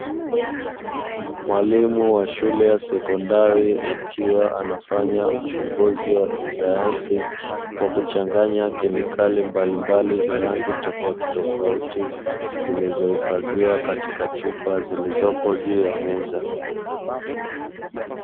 Mwalimu wa shule ya sekondari akifanya uchunguzi wa kisayansi, kwa kuchanganya kemikali zenye rangi tofautitofauti zimeifadhiwa katika chupa zilizoko juu ya meza.